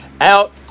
out